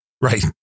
right